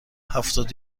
هفتاد